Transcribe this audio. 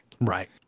Right